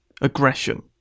aggression